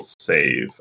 save